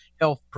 health